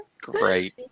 Great